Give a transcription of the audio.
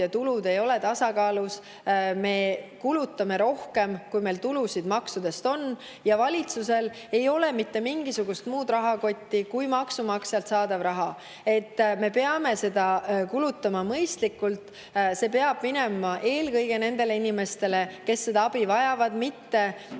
ja tulud ei ole tasakaalus. Me kulutame rohkem, kui me tulusid maksudest [saame], ja valitsusel ei ole mitte mingisugust muud raha kui maksumaksjalt saadav raha. Me peame seda kulutama mõistlikult, see peab minema eelkõige nendele inimestele, kes abi vajavad, mitte